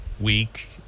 week